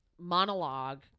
monologue